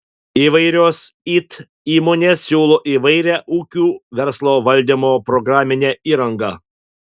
įvairios it įmonės siūlo įvairią ūkių verslo valdymo programinę įrangą